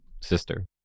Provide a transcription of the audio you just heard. sister